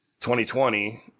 2020